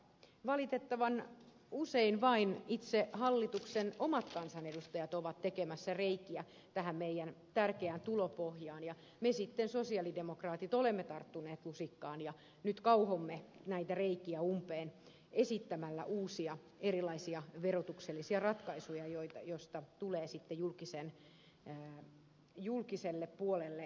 valitettavan usein vain itse hallituksen omat kansanedustajat ovat tekemässä reikiä tähän meidän tärkeään tulopohjaamme ja me sosialidemokraatit sitten olemme tarttuneet lusikkaan ja kauhomme näitä reikiä umpeen esittämällä uusia erilaisia verotuksellisia ratkaisuja joista tulee sitten julkiselle puolelle lisää rahaa